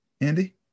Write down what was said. Andy